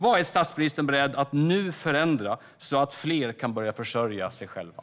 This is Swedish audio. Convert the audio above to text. Vad är statsministern beredd att nu förändra så att fler kan börja försörja sig själva?